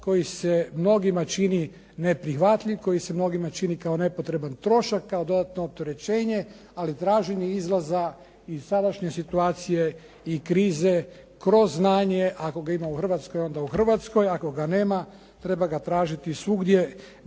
koji se mnogima čini neprihvatljiv, koji se mnogima čini kao nepotreban trošak, kao dodatno opterećenje, ali traženje izlaza iz sadašnje situacije i krize kroz znanje, ako ga ima u Hrvatskoj, onda u Hrvatskoj, ako ga nema treba ga tražiti svugdje